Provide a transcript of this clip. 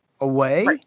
away